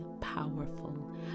powerful